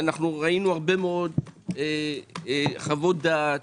ראינו הרבה מאוד חוות דעת,